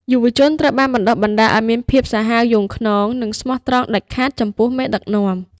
យុវជនត្រូវបានបណ្តុះបណ្តាលឱ្យមានភាពសាហាវយង់ឃ្នង និងស្មោះត្រង់ដាច់ខាតចំពោះមេដឹកនាំ។